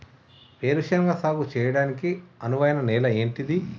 వేరు శనగ సాగు చేయడానికి అనువైన నేల ఏంటిది?